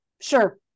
sure